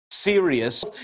Serious